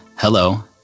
Hello